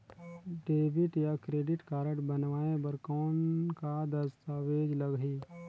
Debit या credit card बनवाय बर कौन का दस्तावेज लगही?